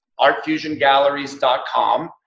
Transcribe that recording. artfusiongalleries.com